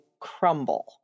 Crumble